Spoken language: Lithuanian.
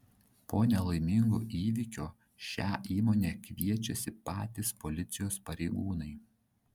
po nelaimingo įvykio šią įmonę kviečiasi patys policijos pareigūnai